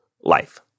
life